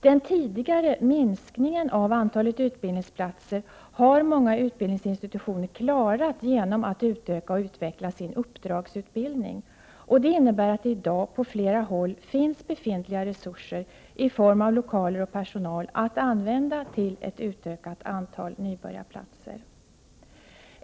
Den tidigare minskningen av antalet utbildningsplatser har många utbildningsinstitutioner klarat genom att öka och utveckla sin uppdragsutbildning. Det innebär att det i dag på flera håll finns resurser i form av lokaler och personal att använda till ett utökat antal nybörjarplatser.